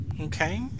Okay